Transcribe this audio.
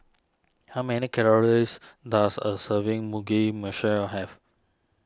how many calories does a serving Mugi Meshi have